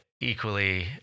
equally